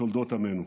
בתולדות עמנו.